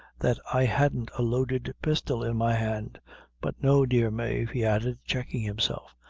that i hadn't a loaded pistol in my hand but no, dear mave, he added, checking himself,